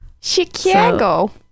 Chicago